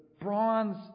Bronze